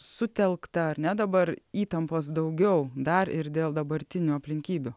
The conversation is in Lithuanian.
sutelkta ar ne dabar įtampos daugiau dar ir dėl dabartinių aplinkybių